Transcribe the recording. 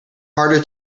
harder